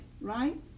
right